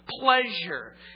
pleasure